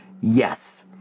Yes